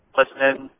listening